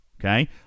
okay